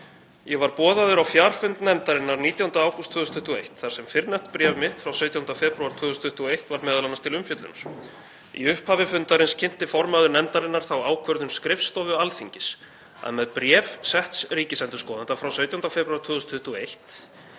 „Ég var boðaður á fjarfund nefndarinnar 19. ágúst 2021 þar sem fyrrnefnt bréf mitt frá 17. febrúar 2021 var m.a. til umfjöllunar. Í upphafi fundarins kynnti formaður nefndarinnar þá ákvörðun skrifstofu Alþingis að með bréf setts ríkisendurskoðanda frá 17. febrúar 2021